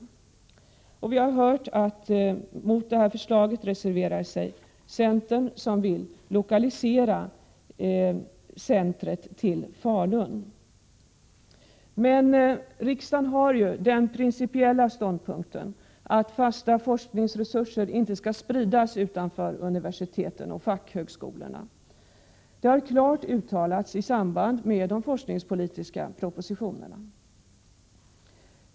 Som vi har hört reserverar sig centern mot detta förslag och vill lokalisera detta center till Falun. Men riksdagen har ju den principiella ståndpunkten att fasta forskningsresurser inte skall spridas utanför universiteten och fackhögskolorna. Detta har klart uttalats i samband med de forskningspolitiska propositionerna.